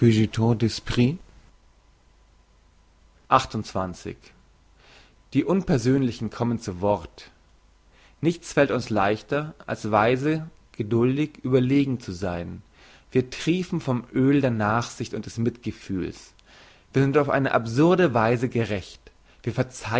die unpersönlichen kommen zu wort nichts fällt uns leichter als weise geduldig überlegen zu sein wir triefen vom öl der nachsicht und des mitgefühls wir sind auf eine absurde weise gerecht